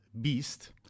beast